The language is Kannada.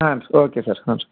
ಹಾಂ ಓಕೆ ಸರ್ ಹ್ಞೂ ರಿ